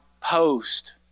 post